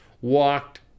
walked